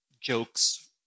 jokes